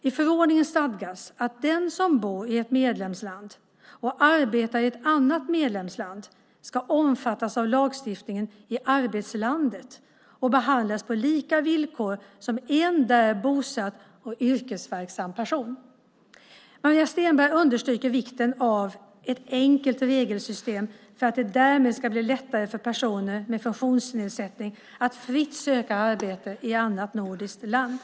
I förordningen stadgas att den som bor i ett medlemsland och arbetar i ett annat medlemsland ska omfattas av lagstiftningen i arbetslandet och behandlas på lika villkor som en där bosatt och yrkesverksam person. Maria Stenberg understryker vikten av ett enkelt regelsystem för att det därmed ska bli lättare för personer med funktionsnedsättning att fritt söka arbete i annat nordiskt land.